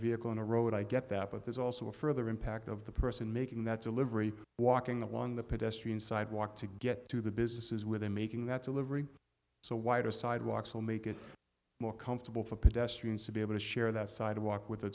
vehicle on a road i get that but there's also a further impact of the person making that deliberate walking along the pedestrian sidewalk to get to the businesses within making that delivery so wider sidewalks will make it more comfortable for pedestrians to be able to share that sidewalk with a